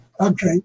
Okay